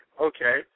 okay